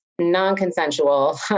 non-consensual